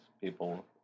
people